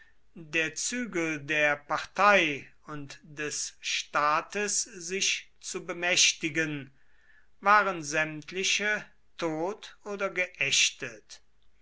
der zügel der partei und des staates sich zu bemächtigen waren sämtliche tot oder geächtet